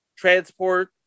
transport